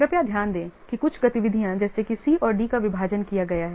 कृपया ध्यान दें कि कुछ गतिविधियाँ जैसे कि C और D का विभाजन किया गया है